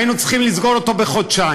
היינו צריכים לסגור אותו בחודשיים.